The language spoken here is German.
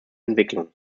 entwicklung